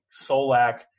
Solak